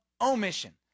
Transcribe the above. omission